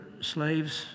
slaves